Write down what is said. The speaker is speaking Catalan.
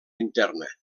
interna